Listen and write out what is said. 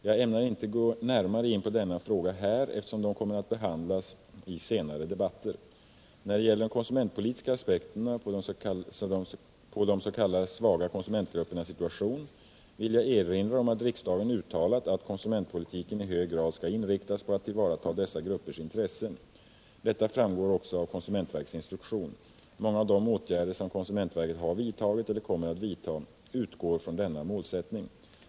Jag ämnar inte gå närmare in på denna fråga här, eftersom den kommer att behandlas i senare debatter. När det gäller de konsumentpolitiska aspekterna på de s.k. svaga konsumentgruppernas situation vill jag erinra om att riksdagen uttalat att konsumentpolitiken i hög grad skall inriktas på att tillvarata dessa gruppers intressen. Detta framgår också av konsumentverkets instruktion. Många av de åtgärder som konsumentverket har vidtagit eller kommer att vidta utgår ifrån denna målsättning.